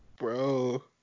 Bro